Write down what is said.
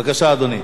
בבקשה, אדוני.